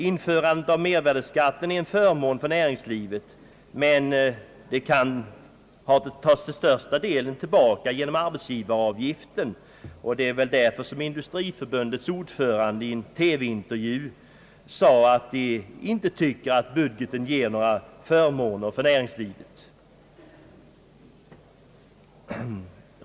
Införandet av mervärdeskatten är en förmån för näringslivet, men den tas till största delen tillbaka genom arbetsgivaravgiften, och det är väl därför som Industriförbundets ordförande i en TV intervju sade att han inte tycker att budgeten ger några förmåner för näringslivet.